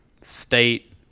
State